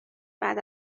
بعد